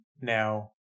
now